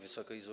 Wysoka Izbo!